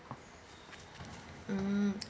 mm